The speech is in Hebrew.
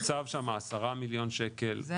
תוקצב שם 10 מיליון שקל --- זה אני יודעת.